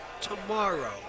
tomorrow